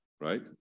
right